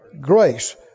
grace